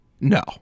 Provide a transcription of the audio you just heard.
No